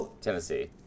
Tennessee